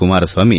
Kumaraswamy